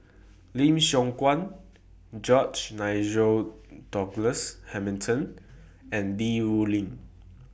Lim Siong Guan George Nigel Douglas Hamilton and Li Rulin